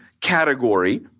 category